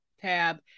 tab